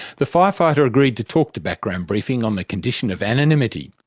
the fire fighter agreed to talk to background briefing on the condition of anonymity,